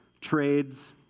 trades